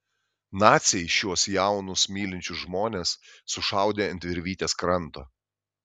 naciai šiuos jaunus mylinčius žmones sušaudė ant virvytės kranto